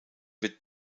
wird